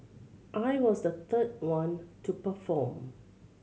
I was the third one to perform